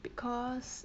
because